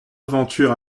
aventure